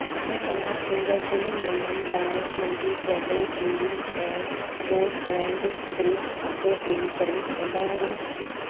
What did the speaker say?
छा तव्हां ईंदड़ु टिनि महीननि लाइ मुंहिंजी केबल टीवी ऐं बॉडबैंड बिल ऑटो पे करे सघंदा आहियो